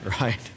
right